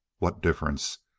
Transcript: what difference?